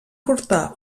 portar